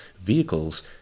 vehicles